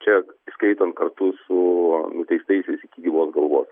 čia įskaitant kartu su nuteistaisiais iki gyvos galvos